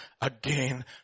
again